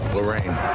Lorraine